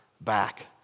back